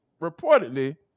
reportedly